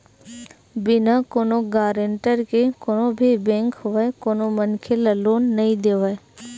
बिना कोनो गारेंटर के कोनो भी बेंक होवय कोनो मनखे ल लोन नइ देवय